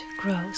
grows